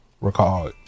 recall